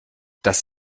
das